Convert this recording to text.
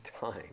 time